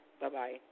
Bye-bye